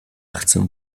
chcę